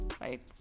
right